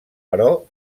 però